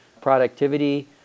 productivity